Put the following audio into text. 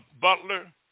Butler